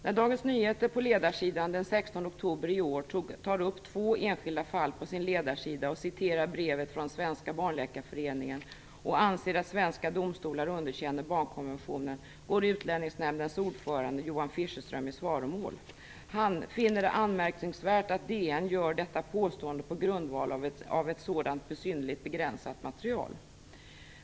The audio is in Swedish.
När Dagens Nyheter den 16 oktober i år tar upp två enskilda fall på sin ledarsida och citerar brevet från Svenska barnläkarföreningen och anser att svenska domstolar underkänner barnkonventionen går Utlänningsnämndens ordförande, Johan Fischerström, i svaromål. Han "finner det anmärkningsvärt att DN gör detta påstående på grundval av ett sådant synnerligen begränsat material".